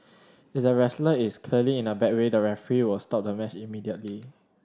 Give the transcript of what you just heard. if the wrestler is clearly in a bad way the referee will stop the match immediately